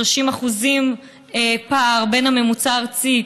30% פער בין הממוצע הארצי